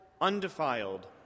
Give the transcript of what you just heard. undefiled